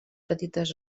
petites